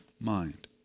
mind